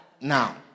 now